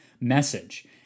message